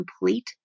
complete